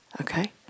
okay